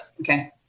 okay